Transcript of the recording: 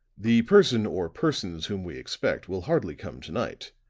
the person or persons whom we expect will hardly come to-night,